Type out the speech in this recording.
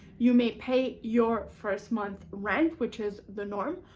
you may pay your first month rent, which is the norm,